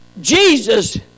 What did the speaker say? Jesus